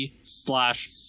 slash